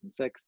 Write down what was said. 2006